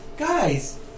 Guys